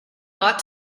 ought